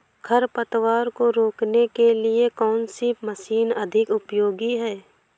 खरपतवार को रोकने के लिए कौन सी मशीन अधिक उपयोगी है?